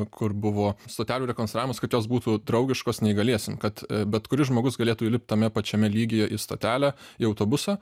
kur buvo stotelių rekonstravimas kad jos būtų draugiškos neįgaliesiem kad bet kuris žmogus galėtų įlipt tame pačiame lygyje į stotelę į autobusą